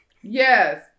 Yes